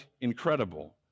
incredible